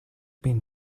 been